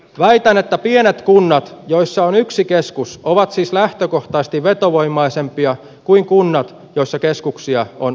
väitän että pienet kunnat joissa on yksi keskus ovat siis lähtökohtaisesti vetovoimaisempia kuin kunnat joissa keskuksia on useampia